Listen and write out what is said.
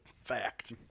fact